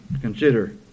consider